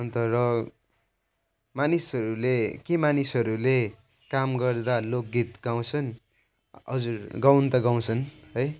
अनि त र मानिसहरूले के मानिसहरूले काम गर्दा लोकगीत गाउँछन् हजुर गाउनु त गाउँछन् है